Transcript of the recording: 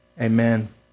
Amen